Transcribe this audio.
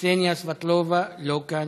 קסניה סבטלובה, לא כאן,